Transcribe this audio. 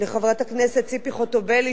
חברת הכנסת ציפי חוטובלי,